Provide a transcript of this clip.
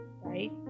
right